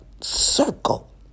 circle